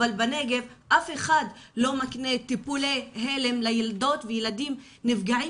אבל בנגב אף אחד לא מקנה טיפולי הלם לילדות והילדים שנפגעים